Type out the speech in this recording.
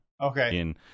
Okay